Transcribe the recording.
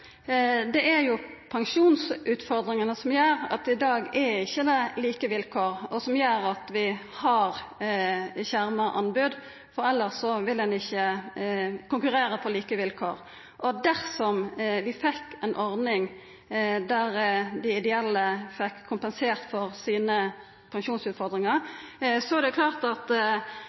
Det er jo pensjonsutfordringane som gjer at det i dag ikkje er like vilkår, og som gjer at vi har skjerma anbod, for elles ville ein ikkje konkurrera på like vilkår. Dersom vi fekk ei ordning der dei ideelle fekk kompensert for sine pensjonsutfordringar, er det klart at